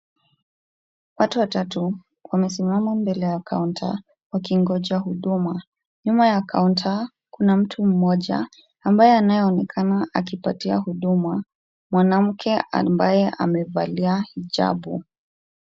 Watu watatu wamesimama mbele ya kaunta wakingoja huduma. Nyuma ya kaunta kuna mtu mmoja ambaye anayeonekana akipatia huduma mwanamke ambaye amevalia hijabu.